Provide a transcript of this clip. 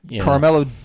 carmelo